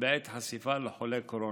בעת חשיפה לחולה קורונה.